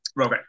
Okay